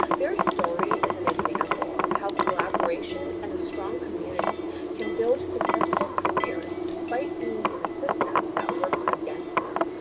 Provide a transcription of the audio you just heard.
their story is an example of how collaboration and a strong community can build successful careers despite being in a system that worked against them.